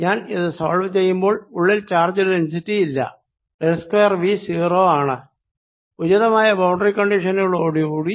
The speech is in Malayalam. ഞാൻ ഇത് സോൾവ് ചെയ്യുമ്പോൾ ഉള്ളിൽ ചാർജ് ഡെന്സിറ്റി ഇല്ല ഡെൽ സ്ക്വയർ V 0 ആണ് ഉചിതമായ ബൌണ്ടറി കണ്ടിഷനുകളോടുകൂടി